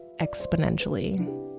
exponentially